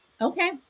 Okay